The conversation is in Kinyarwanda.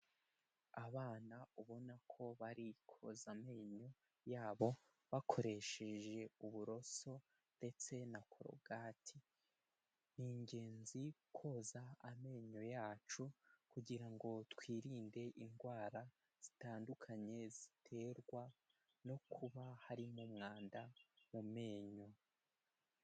Abana ubona ko bari koza amenyo yabo bakoresheje uburoso ndetse na korogati, ni ingenzi koza amenyo yacu kugira ngo twirinde indwara zitandukanye ziterwa no kuba harimo umwanda mu menyo.